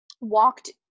walked